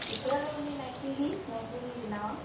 ᱯᱤᱴᱷᱟᱹ ᱫᱚ ᱩᱱᱤ ᱱᱟᱭᱠᱮᱜᱮ ᱱᱟᱭᱠᱮ ᱜᱮᱭ ᱵᱮᱱᱟᱣᱟ